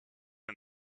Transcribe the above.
and